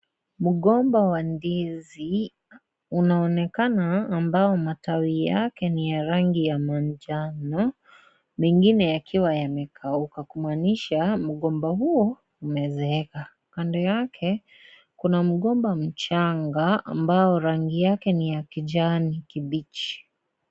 Mgomba wa ndizi unaonekana, ambao matawi yake ni ya rangi manjano, mengine yakiwa yamekauka. Kumaanisha mgomba huu umezeeka. Kando yake, kuna mgomba mchanga ambao rangi yake ni ya kijani kibichi.